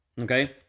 Okay